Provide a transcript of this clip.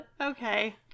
okay